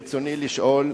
רצוני לשאול: